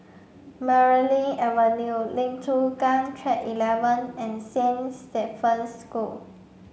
Marlene Avenue Lim Chu Kang Track eleven and Saint Stephen's School